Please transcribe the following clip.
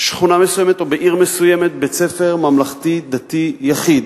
בשכונה מסוימת או בעיר מסוימת בית-ספר ממלכתי-דתי יחיד,